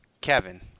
Kevin